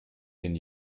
den